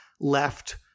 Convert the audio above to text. left